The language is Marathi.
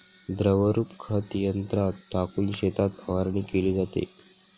द्रवरूप खत यंत्रात टाकून शेतात फवारणी केली जाते